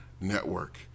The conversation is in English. network